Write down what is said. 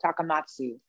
takamatsu